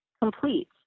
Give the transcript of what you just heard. complete